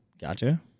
gotcha